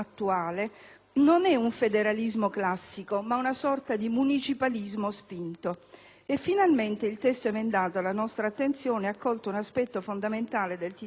non è un federalismo classico, ma una sorta di municipalismo spinto. Finalmente, il testo emendato alla nostra attenzione ha colto un aspetto fondamentale del Titolo V: